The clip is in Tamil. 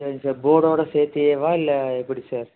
சரி சார் போர்டோட சேர்த்தியேவா இல்லை எப்படி சார்